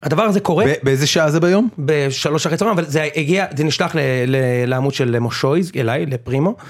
הדבר זה קורה, באיזה שעה זה ביום? ב-3.00 אחרי הצהריים, אבל זה הגיע זה נשלח לעמוד של מושויז אליי לפרימו.